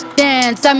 dance